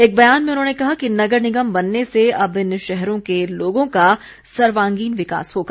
एक बयान में उन्होंने कहा कि नगर निगम बनने से अब इन शहरों के लोगों का सर्वांगीण विकास होगा